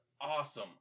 awesome